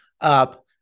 up